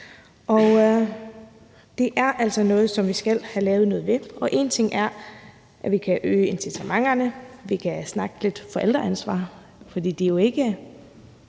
det er altså noget, som vi skal have gjort noget ved, og en ting er, at vi kan øge incitamenterne, og at vi kan snakke lidt forældreansvar. For det er jo ikke,